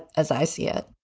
as i see it